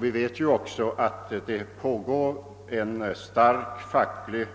Vi vet att det pågår en stark facklig